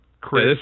Chris